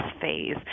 phase